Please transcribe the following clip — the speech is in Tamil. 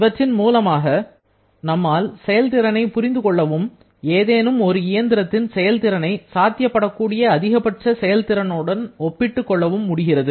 இவற்றின் மூலமாக நம்மால் செயல்திறனை புரிந்து கொள்ளவும் ஏதேனும் ஒரு இயந்திரத்தின் செயல்திறனை சாத்தியப்படக் கூடிய அதிகபட்ச செயல் திறனுடன் ஒப்பிட்டு கொள்ளவும் முடிகிறது